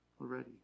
already